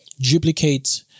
duplicate